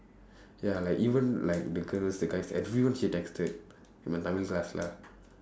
ya like even like the girls the guys everyone she texted in my tamil class lah